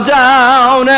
down